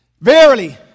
Verily